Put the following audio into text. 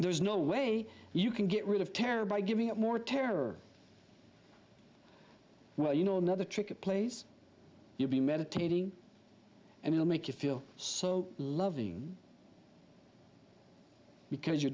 there's no way you can get rid of terror by giving up more terror well you know another trick a place you'll be meditating and it'll make you feel so loving because you're